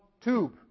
tube